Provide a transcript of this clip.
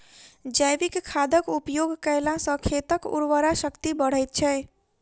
जैविक खादक उपयोग कयला सॅ खेतक उर्वरा शक्ति बढ़ैत छै